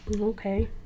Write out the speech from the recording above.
Okay